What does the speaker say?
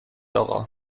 آقا